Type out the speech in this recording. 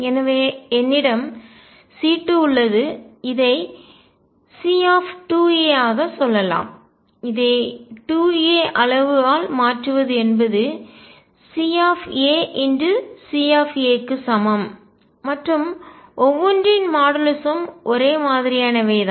எனவே என்னிடம் C2 உள்ளது இதை C ஆக சொல்லலாம் இதை 2 a அளவு ஆல் மாற்றுவது என்பது C C க்கு சமம் மற்றும் ஒவ்வொன்றின் மாடுலஸும் ஒரே மாதிரியானவை தான்